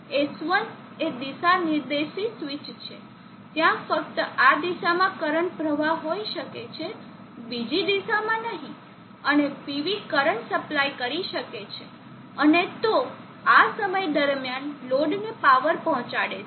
S1 એ દિશા નિર્દેશી સ્વિચ છે ત્યાં ફક્ત આ દિશામાં કરંટ પ્રવાહ હોઈ શકે છે બીજી દિશામાં નહીં અને PV કરંટ સપ્લાય કરી શકે છે અને તો આ સમય દરમિયાન લોડને પાવર પહોંચાડે છે